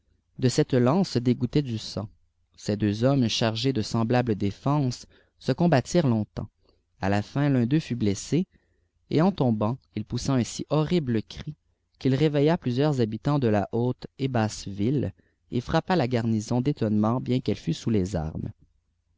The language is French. de cette knôe dégoûtait du sang ces deux hommes chaînés de semblables défenses se combattirent longtemps a la fin l'un d'eux fut blessé et en toiûbant il poussa un si horrible cri qu'il réveilla plusieurs habitants de la haute et basse ville et frappa la garnison d'étdnnement bien qu'elle fût sous les armes